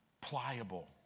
pliable